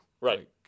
Right